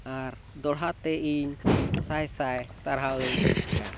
ᱟᱨ ᱫᱚᱦᱲᱟ ᱛᱮ ᱤᱧ ᱥᱟᱭ ᱥᱟᱭ ᱥᱟᱨᱦᱟᱣ ᱤᱧ ᱮᱢ ᱠᱮᱜᱼᱟ